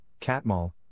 Catmull